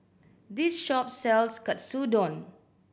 this shop sells Katsudon